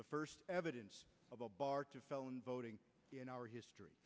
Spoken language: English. the first evidence of a bar to felon voting in our history